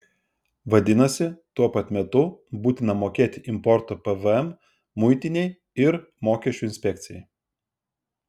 vadinasi tuo pat metu būtina mokėti importo pvm muitinei ir mokesčių inspekcijai